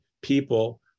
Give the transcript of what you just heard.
people